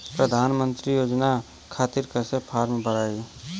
प्रधानमंत्री योजना खातिर कैसे फार्म भराई?